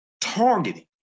targeting